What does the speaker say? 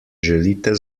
želite